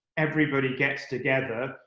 everybody gets together,